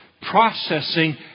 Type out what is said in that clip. processing